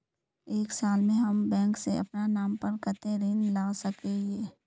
एक साल में हम बैंक से अपना नाम पर कते ऋण ला सके हिय?